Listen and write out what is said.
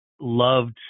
loved